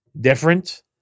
different